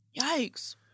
Yikes